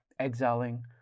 exiling